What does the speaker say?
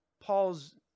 Paul's